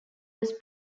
was